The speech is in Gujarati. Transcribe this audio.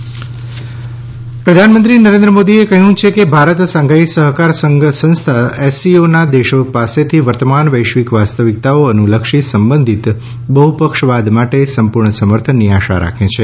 પ્રધાનમંત્રી એસસીઓ પ્રધાનમંત્રી નરેન્ઓ મોદીએ કહ્યું છે ભારત શાંધાઇ સહકાર સંસ્થા એસસીઓના દેશો પાસેથી વર્તમાન વૈશ્વિક વાસ્તવિકતાઓ અનુલક્ષી સંબંધિત બહુપક્ષવાદ માટે સંપૂર્ણ સમર્થનની આશા રાખે છે